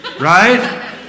right